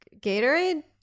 Gatorade